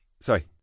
Sorry